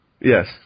Yes